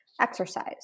Exercise